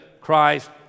Christ